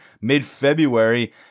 mid-February